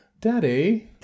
Daddy